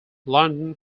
london